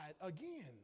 again